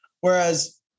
Whereas